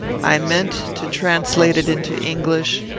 i meant to translate it into english,